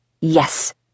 Yes